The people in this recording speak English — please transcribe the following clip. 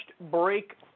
break